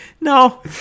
no